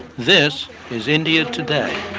this is india today,